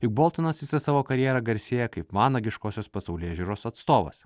juk boltonas visą savo karjerą garsėja kaip vanagiškos pasaulėžiūros atstovas